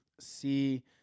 see